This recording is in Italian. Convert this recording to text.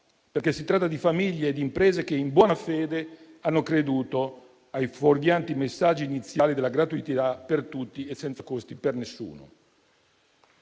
perché si tratta di famiglie ed imprese che in buona fede hanno creduto ai fuorvianti messaggi iniziali della gratuità per tutti e senza costi per nessuno.